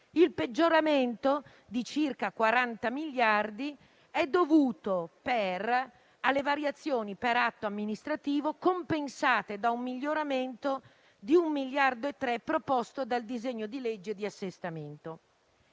Il peggioramento di circa 40 miliardi è dovuto alle variazioni per atto amministrativo compensate da un miglioramento di 1,3 miliardi proposto dal disegno di legge di assestamento.